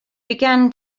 began